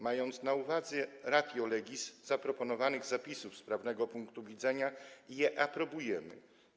Mając na uwadze ratio legis zaproponowanych zapisów, z prawnego punktu widzenia je aprobujemy.